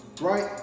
right